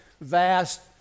vast